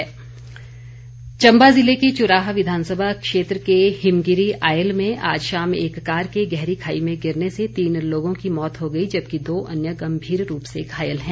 दुर्घटना चंबा ज़िले के चुराह विधानसभा क्षेत्र के हिमगिरी आयल में आज शाम एक कार के गहरी खाई में गिरने से तीन लोगों की मौत हो गई जबकि दो अन्य गंभीर रूप से घायल है